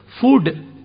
food